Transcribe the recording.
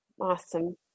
Awesome